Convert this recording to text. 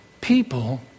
People